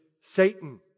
Satan